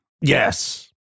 Yes